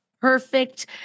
Perfect